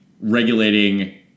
regulating